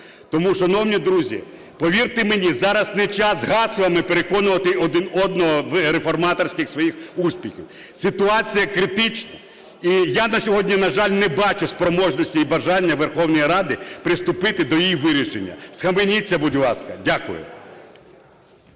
Тому, шановні друзі, повірте мені, зараз не час гаслами переконувати один одного в реформаторських своїх успіхах. Ситуація критична, і я на сьогодні, на жаль, не бачу спроможності і бажання Верховної Ради приступити до її вирішення. Схаменіться, будь ласка! Дякую.